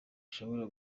rushobora